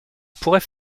pourrait